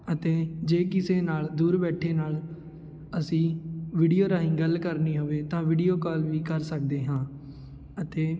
ਅਤੇ ਜੇ ਕਿਸੇ ਨਾਲ ਦੂਰ ਬੈਠੇ ਨਾਲ ਅਸੀਂ ਵੀਡੀਓ ਰਾਹੀਂ ਗੱਲ ਕਰਨੀ ਹੋਵੇ ਤਾਂ ਵੀਡੀਓ ਕਾਲ ਵੀ ਕਰ ਸਕਦੇ ਹਾਂ ਅਤੇ